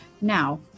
Now